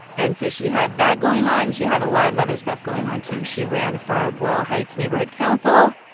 and so she had that going on, and she had a lot of other stuff going on, too. she ran for boyle heights neighborhood council,